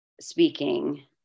speaking